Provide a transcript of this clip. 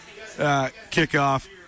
kickoff